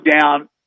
down